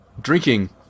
drinking